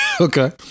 okay